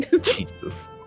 Jesus